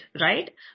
right